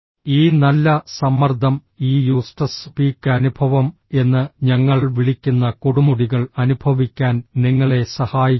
ഈ നല്ല സമ്മർദ്ദം ഈ യൂസ്ട്രസ് പീക്ക് അനുഭവം എന്ന് ഞങ്ങൾ വിളിക്കുന്ന കൊടുമുടികൾ അനുഭവിക്കാൻ നിങ്ങളെ സഹായിക്കുന്നു